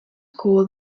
call